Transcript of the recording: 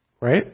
Right